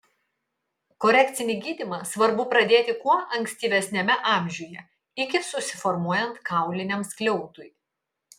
korekcinį gydymą svarbu pradėti kuo ankstyvesniame amžiuje iki susiformuojant kauliniam skliautui